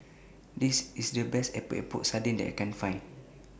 This IS The Best Epok Epok Sardin that I Can Find